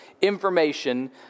information